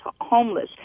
homeless